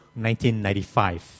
1995